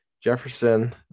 Jefferson